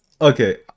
okay